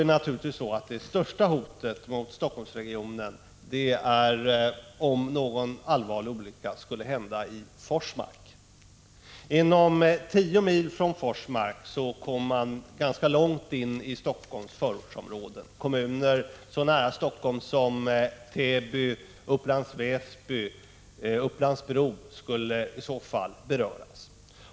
Det största hotet mot Helsingforssregionen är naturligtvis om en allvarlig olycka skulle hända i Forsmark. Inom 10 mil från Forsmark kommer man ganska långt in i Helsingforss förortsområden. Kommuner så nära Helsingfors som Täby, Upplands-Väsby och Upplands-Bro skulle i så fall beröras.